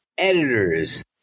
editors